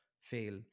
fail